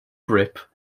grip